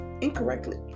incorrectly